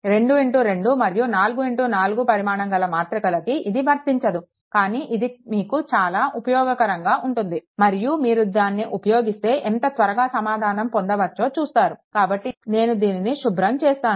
22 మరియు 44 పరిమాణం గల మాతృక కి ఇది వర్తించదు కానీ ఇది మీకు చాలా ఉపయోగకరంగా ఉంటుంది మరియు మీరు దాన్ని ఉపయోగిస్తే ఎంత త్వరగా సమాధానం పొందవచ్చో చూస్తారు కాబట్టి నేను దీనిని శుభ్రం చేస్తాను